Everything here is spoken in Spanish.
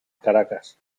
caracas